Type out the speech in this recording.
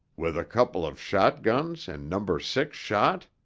with a couple of shotguns and number six shot?